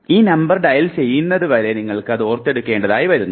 ഈ number dial ചെയ്യുന്നതുവരെ നിങ്ങൾക്ക് അത് ഓർക്കേണ്ടതായും വരുന്നു